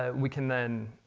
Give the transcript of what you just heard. and we can then